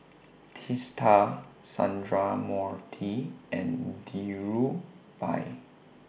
Teesta Sundramoorthy and Dhirubhai